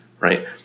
right